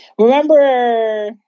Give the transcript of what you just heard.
remember